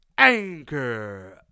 Anchor